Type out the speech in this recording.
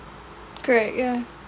great yeah